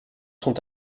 sont